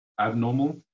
abnormal